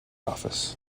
office